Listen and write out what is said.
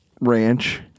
ranch